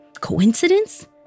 Coincidence